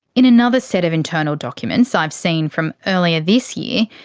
in another set of internal documents i've seen from earlier this year,